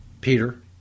Peter